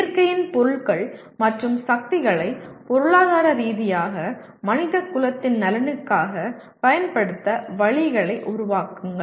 இயற்கையின் பொருட்கள் மற்றும் சக்திகளை பொருளாதார ரீதியாக மனிதகுலத்தின் நலனுக்காக பயன்படுத்த வழிகளை உருவாக்குங்கள்